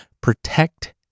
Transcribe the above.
Protect